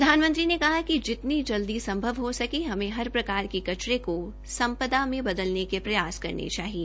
प्रधानमंत्री ने कहा कि जितनी जल्दी संभव हो से हमें हर प्रकार के कचरे को सम्पदा में बदलने के प्रयासकरेन चाहिए